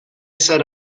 set